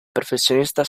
professionista